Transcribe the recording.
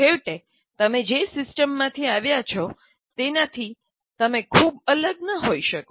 છેવટે તમે જે સિસ્ટમમાંથી આવ્યા છો તેનાથી તમે ખૂબ અલગ ન હો શકો